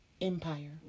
Empire